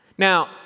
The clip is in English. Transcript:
Now